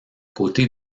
côté